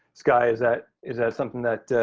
skye, is that is that something that,